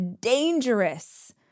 dangerous